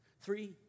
Three